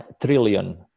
trillion